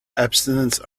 abstinence